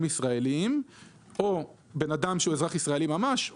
ישראלים או אדם שהוא אזרח ישראלי ממש.